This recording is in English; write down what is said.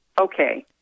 Okay